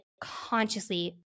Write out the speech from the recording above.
consciously